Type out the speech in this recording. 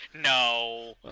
No